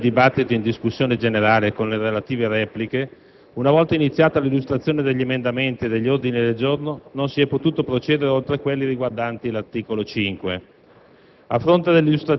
Dopo la relazione e il dibattito in discussione generale, con le relative repliche, una volta iniziata l'illustrazione degli emendamenti e degli ordini del giorno, non si è potuto procedere oltre quelli riguardanti l'articolo 5.